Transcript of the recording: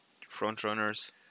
front-runners